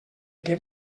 què